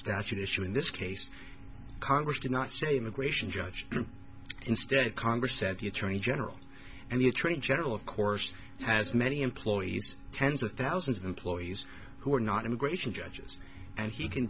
statute issue in this case congress did not say immigration judge instead congress said the attorney general and the attorney general of course has many employees tens of thousands of employees who are not immigration judges and he can